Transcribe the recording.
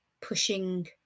pushing